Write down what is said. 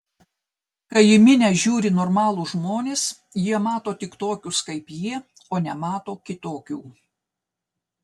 kai į minią žiūri normalūs žmonės jie mato tik tokius kaip jie o nemato kitokių